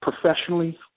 professionally